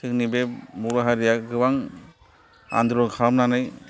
जोंनि बे बर' हारिआ गोबां आनदलन खालामनानै